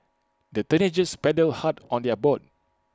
the teenagers paddled hard on their boat